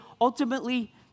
ultimately